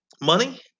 money